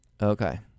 Okay